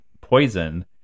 poison